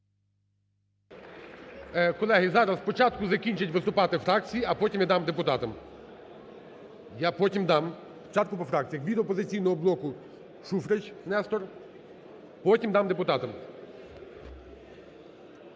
Колеги, зараз, спочатку закінчать виступати фракції, а потім я дам депутатам. Я потім дам, спочатку по фракціях. Від "Опозиційного блоку" Шуфрич Нестор. Потім дам депутатам.